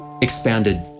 expanded